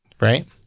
right